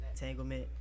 entanglement